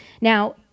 now